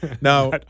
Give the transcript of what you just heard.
now